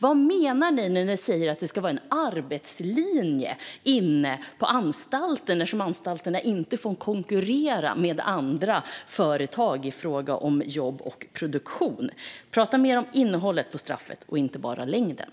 Vad menar ni när ni säger att det ska vara en arbetslinje inne på anstalterna eftersom de inte får konkurrera med företag i fråga om jobb och produktion? Prata mer om innehållet i straffet och inte bara om längden!